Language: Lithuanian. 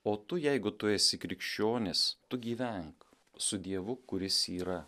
o tu jeigu tu esi krikščionis tu gyvenk su dievu kuris yra